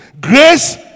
Grace